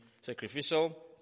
sacrificial